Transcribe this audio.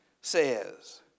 says